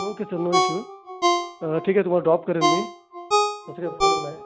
okay sir no issue ठीक आहे तुम्हाला ड्रॉप करेन मी तसं काही प्रॉब्लेम नाही